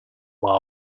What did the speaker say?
our